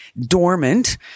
dormant